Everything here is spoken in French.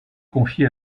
confié